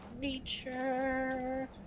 nature